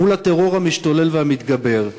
מול הטרור המשתולל והמתגבר,